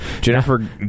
Jennifer